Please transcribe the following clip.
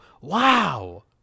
Wow